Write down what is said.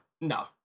No